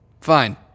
fine